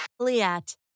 Liat